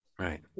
Right